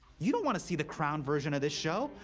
you don't want to see the crown version of this show.